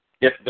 yes